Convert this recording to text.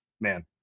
man